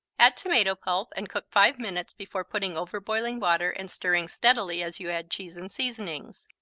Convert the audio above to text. add tomato pulp and cook five minutes before putting over boiling water and stirring steadily as you add cheese and seasonings.